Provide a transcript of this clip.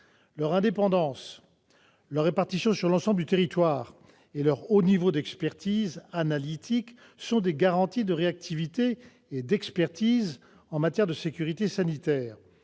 Leur indépendance, leur répartition sur l'ensemble du territoire et leur haut niveau d'expertise analytique sont des garanties de réactivité et d'expertise en matière de sécurité sanitaire.